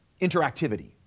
interactivity